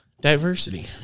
Diversity